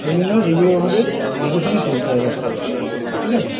সেই জন্য এইগুলো আমাদের দেখে শুনে চলতে হয় রাস্তাঘাটে ঠিক আছে